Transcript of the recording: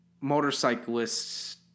motorcyclists –